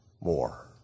more